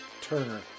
Turner